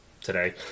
today